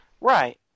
Right